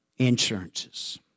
insurances